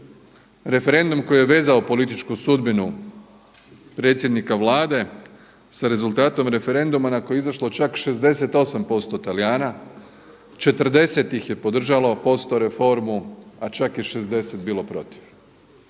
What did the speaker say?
referendum koji je vezao političku sudbinu predsjednika Vlade sa rezultatom referenduma na koji je izašlo čak 68% Talijana, 40 ih podržalo posto reformu a čak je 60 bilo protiv.